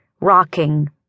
Rocking